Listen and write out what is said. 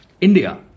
India